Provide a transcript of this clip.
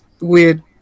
weird